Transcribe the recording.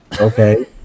okay